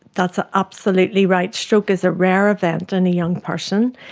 that's ah absolutely right, stroke is a rare event in a young person.